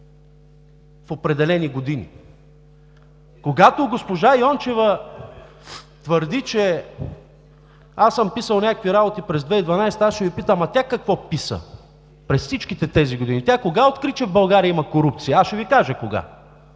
в определени години. Когато госпожа Йончева твърди, че съм писал някакви работи през 2012 г., аз ще Ви питам: тя какво писа през всичките тези години? Тя кога откри, че в България има корупция? Аз ще Ви кажа кога